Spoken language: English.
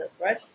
right